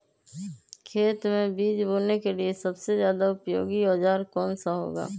खेत मै बीज बोने के लिए सबसे ज्यादा उपयोगी औजार कौन सा होगा?